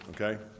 okay